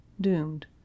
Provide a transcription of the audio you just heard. doomed